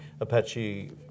Apache